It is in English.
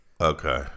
Okay